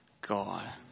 god